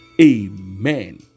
Amen